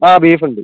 അ beef ഉണ്ട്